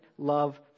love